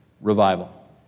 revival